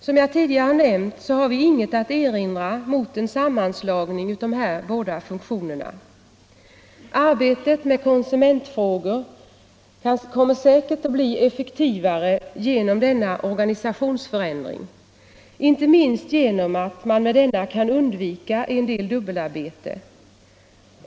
Som jag tidigare nämnt har vi inget att erinra mot en sammanslagning av dessa båda funktioner. Arbetet med konsumentfrågor kan säkert bli effektivare genom denna organisationsförändring, inte minst genom att man därmed kan undvika en hel del dubbelarbete.